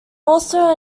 also